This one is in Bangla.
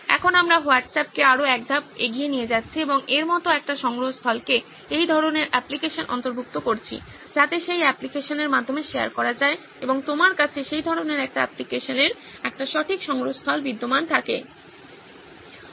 এখন আমরা হোয়াটসঅ্যাপকে আরও এক ধাপ এগিয়ে নিয়ে যাচ্ছি এবং এর মতো একটি সংগ্রহস্থলকে এই ধরণের অ্যাপ্লিকেশনে অন্তর্ভুক্ত করছি যাতে সেই অ্যাপ্লিকেশনের মাধ্যমে শেয়ার করা যায় এবং তোমার কাছে সেই ধরনের একটি অ্যাপ্লিকেশনের একটি সঠিক সংগ্রহস্থল বিদ্যমান থাকে